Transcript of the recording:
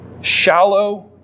shallow